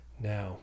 now